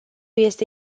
este